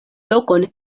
lokon